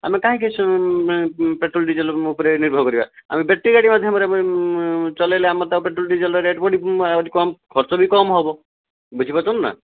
ଆମେ କାହିଁକି petrol diesel ଉପରେ ନିର୍ଭର କରିବା ଆମେ ବ୍ୟାଟେରୀ ଗାଡ଼ି ମାଧ୍ୟମରେ ଚଳାଇଲେ ଆମର ତ ଆଉ ପେଟ୍ରୋଲ ଡିଜେଲର ରେଟ୍ ଆହୁରି କମ୍ ଖର୍ଚ୍ଚ ବି କମ୍ ହେବ ବୁଝିପାରୁଛନ୍ତି ନା